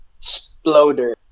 Sploder